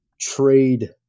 trade